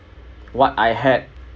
what I had